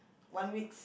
one weeks